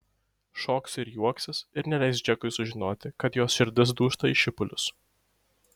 šoks ir juoksis ir neleis džekui sužinoti kad jos širdis dūžta į šipulius